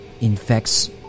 infects